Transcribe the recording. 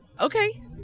Okay